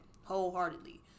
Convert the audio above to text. wholeheartedly